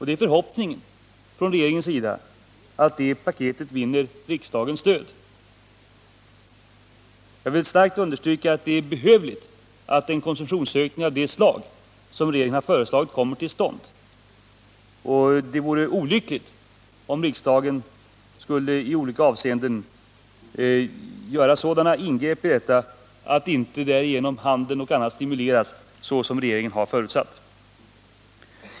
Det är regeringens förhoppning att paketet vinner Om glesbygdshanriksdagens stöd. Jag vill kraftigt understryka att det är behövligt att en deln konsumtionsökning av det slag som regeringen har föreslagit kommer till stånd. Det vore olyckligt om riksdagen i olika avseenden skulle göra sådana ingripanden i paketet att handeln och andra näringar därigenom inte stimuleras såsom regeringen har förutsatt.